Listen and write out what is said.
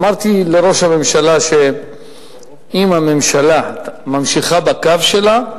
אמרתי לראש הממשלה שאם הממשלה ממשיכה בקו שלה,